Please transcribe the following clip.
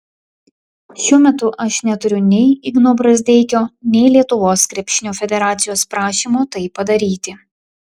šiuo metu aš neturiu nei igno brazdeikio nei lietuvos krepšinio federacijos prašymo tai padaryti